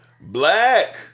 Black